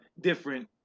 different